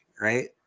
right